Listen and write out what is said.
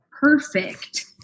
perfect